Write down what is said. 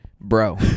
Bro